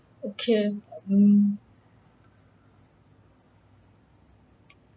okay um